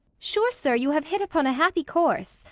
sure sir you have hit upon a happy course,